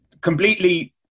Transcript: completely